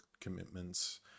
commitments